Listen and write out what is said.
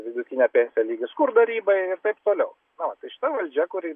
vidutinė pensija lygi skurdo ribai ir taip toliau na va tai šita valdžia kuri